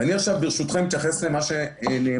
אני עכשיו, ברשותכם, אתייחס למה שנאמר.